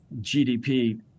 gdp